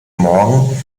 morgen